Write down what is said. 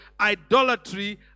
idolatry